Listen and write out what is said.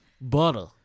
Butter